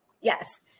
Yes